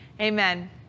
Amen